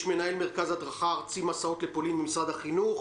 יש את מנהל מרכז הדרכה ארצי מסעות לפולין ממשרד החינוך,